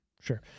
Sure